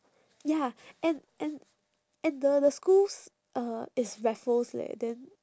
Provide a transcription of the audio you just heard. ya and and and the the schools uh is raffles leh then